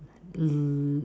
err